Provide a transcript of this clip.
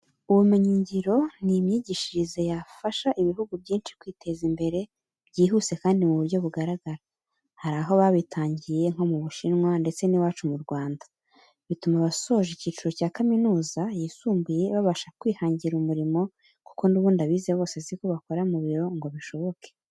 Ubumenyingiro ni imyigishirize yafasha ibihugu byinshi kwiteza imbere byihuse kandi mu buryo bugaragara. Hari aho babitangiye nko mu Bushinwa ndetse n'iwacu mu Rwanda, bituma abasoje icyiciro cy'amashuri yisumbuye babasha kwihangira umurimo, kuko n'ubundi abize bose si ko bakora mu biro ngo bishoboke.